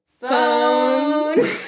phone